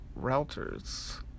Routers